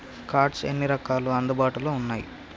Cards ఎన్ని రకాలు అందుబాటులో ఉన్నయి?